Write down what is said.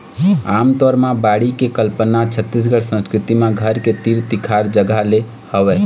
आमतौर म बाड़ी के कल्पना छत्तीसगढ़ी संस्कृति म घर के तीर तिखार जगा ले हवय